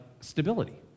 stability